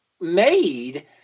made